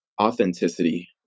authenticity